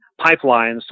pipelines